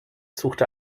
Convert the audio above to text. suchte